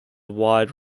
wide